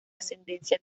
ascendencia